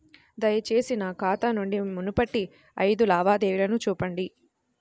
దయచేసి నా ఖాతా నుండి మునుపటి ఐదు లావాదేవీలను చూపండి